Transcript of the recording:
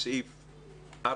את סעיפים 4,